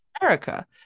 America